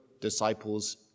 disciples